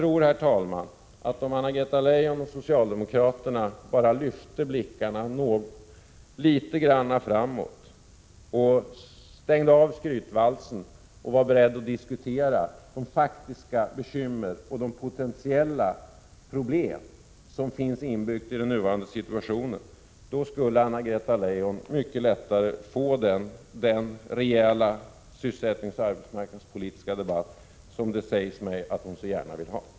Om Anna-Greta Leijon och socialdemokraterna bara lyfte blickarna litet framåt, stängde av skrytvalsen och var beredda att diskutera de faktiska bekymmer och de potentiella problem som finns inbyggda i den nuvarande situationen, skulle Anna-Greta Leijon mycket lättare få den rejäla sysselsättningsoch arbetsmarknadspolitiska debatt som det sägs mig att hon så gärna vill ha.